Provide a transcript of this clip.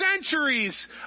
centuries